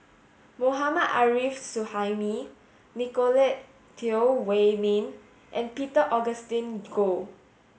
Mohammad Arif Suhaimi Nicolette Teo Wei Min and Peter Augustine Goh